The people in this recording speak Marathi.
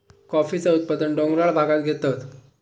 कॉफीचा उत्पादन डोंगराळ भागांत घेतत